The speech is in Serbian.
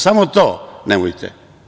Samo to nemojte.